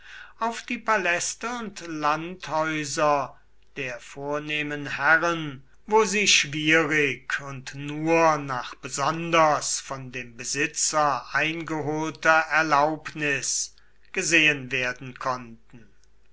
auf die paläste und landhäuser der vornehmen herren wo sie schwierig und nur nach besonders von dem besitzer eingeholter erlaubnis gesehen werden konnten